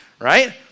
right